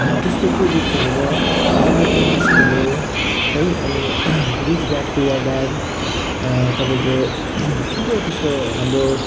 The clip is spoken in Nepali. त्यस्तो त्यो बुक्सहरू भयो द एल्कामिस्ट भयो है अनि रिच ड्याड पुअर ड्याड तपाईँको थुप्रो त्यस्तो हाम्रो